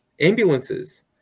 ambulances